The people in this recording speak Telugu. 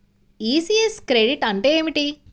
ఈ.సి.యస్ క్రెడిట్ అంటే ఏమిటి?